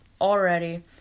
already